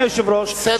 אדוני היושב-ראש,